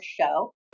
show